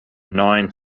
nine